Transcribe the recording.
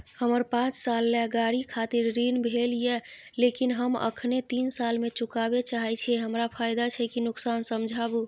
हमर पाँच साल ले गाड़ी खातिर ऋण भेल ये लेकिन हम अखने तीन साल में चुकाबे चाहे छियै हमरा फायदा छै की नुकसान समझाबू?